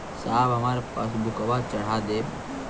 साहब हमार पासबुकवा चढ़ा देब?